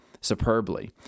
superbly